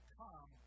come